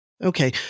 Okay